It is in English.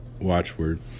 watchword